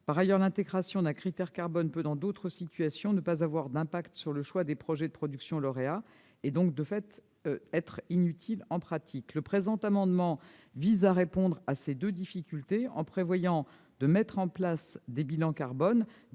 De plus, l'intégration d'un critère carbone peut, dans d'autres situations, ne pas avoir d'impact sur le choix des projets de production lauréats, et donc être inutile en pratique. Le présent amendement vise à répondre à ces deux difficultés en prévoyant de mettre en place des bilans carbone